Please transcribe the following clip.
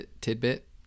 tidbit